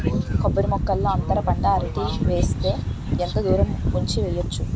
కొబ్బరి మొక్కల్లో అంతర పంట అరటి వేస్తే ఎంత దూరం ఉంచి వెయ్యొచ్చు?